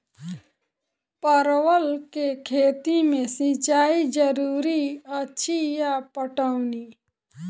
परवल केँ खेती मे सिंचाई जरूरी अछि या पटौनी?